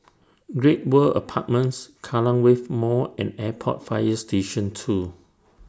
Great World Apartments Kallang Wave Mall and Airport Fire Station two